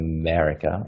America